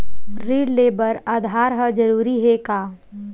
ऋण ले बर आधार ह जरूरी हे का?